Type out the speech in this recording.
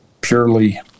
purely